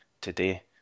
today